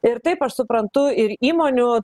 ir taip aš suprantu ir įmonių